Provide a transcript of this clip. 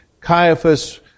Caiaphas